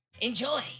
Enjoy